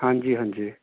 ਹਾਂਜੀ ਹਾਂਜੀ